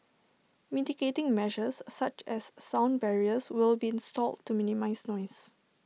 mitigating measures such as sound barriers will be installed to minimise noise